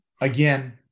Again